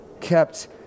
kept